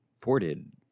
Ported